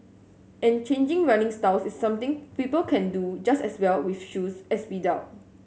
and changing running styles is something people can do just as well with shoes as without